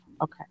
okay